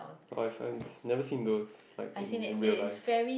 oh I've I've never seen those like in real life